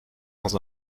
dans